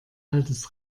altes